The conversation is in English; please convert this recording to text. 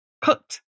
cooked